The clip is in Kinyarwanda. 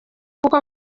kuko